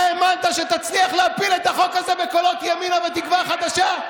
אתה האמנת שתצליח להפיל את החוק הזה בקולות ימינה ותקווה חדשה?